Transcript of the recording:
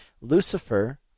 Lucifer